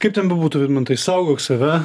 kaip ten bebūtų vidmantai saugok save